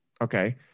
Okay